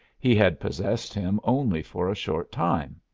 he had possessed him only for a short time.